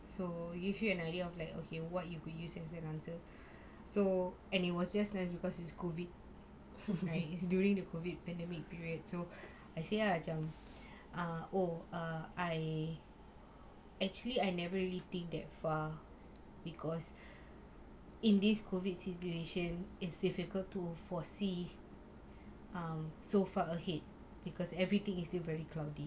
so give you an idea of like okay what you could use as an answer so and it was just because it's COVID right during the COVID pandemic period so I say ah oh ah I actually I never really think that far because in this COVID situation it's difficult to foresee um so far ahead because everything is still very cloudy